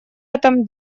этом